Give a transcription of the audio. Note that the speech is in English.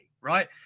Right